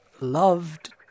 loved